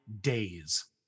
days